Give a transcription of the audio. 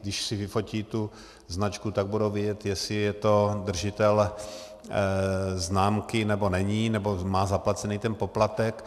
Když si vyfotí tu značku, tak budou vědět, jestli je to držitel známky, nebo není, nebo má zaplacený ten poplatek.